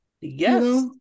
yes